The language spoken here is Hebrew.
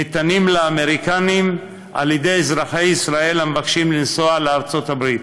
ניתנים לאמריקנים על-ידי אזרחי ישראל המבקשים לנסוע לארצות-הברית.